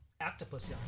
octopus